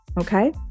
okay